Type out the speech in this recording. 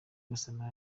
gassama